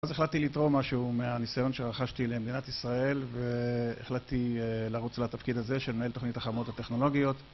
אז החלטתי לתרום משהו מהניסיון שרכשתי למדינת ישראל והחלטתי לרוץ לתפקיד הזה של מנהל תוכנית החממות הטכנולוגיות